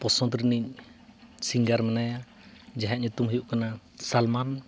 ᱯᱚᱥᱚᱱᱫᱽ ᱨᱤᱱᱤᱡ ᱥᱤᱝᱜᱟᱨ ᱢᱮᱱᱟᱭᱟ ᱡᱟᱦᱟᱸᱭᱟᱜ ᱧᱩᱛᱩᱢ ᱦᱩᱭᱩᱜ ᱠᱟᱱᱟ ᱥᱟᱞᱢᱟᱱ